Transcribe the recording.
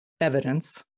evidence